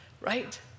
Right